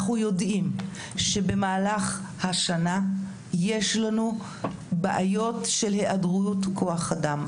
אנחנו יודעים שבמהלך השנה יש לנו בעיות של היעדרות כוח אדם.